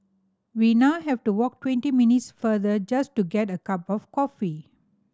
we now have to walk twenty minutes farther just to get a cup of coffee